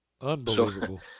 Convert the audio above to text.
Unbelievable